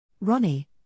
Ronnie